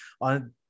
on